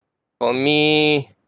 for me